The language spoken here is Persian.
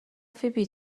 فیبی